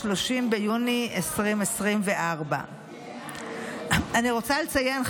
30 ביוני 2024. אני רוצה לציין,